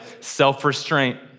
self-restraint